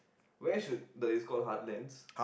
where should the it's called heartlands